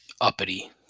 uppity